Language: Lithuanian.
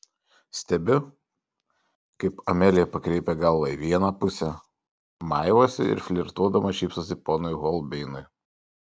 stebiu kaip amelija pakreipia galvą į vieną pusę maivosi ir flirtuodama šypsosi ponui holbeinui